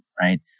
right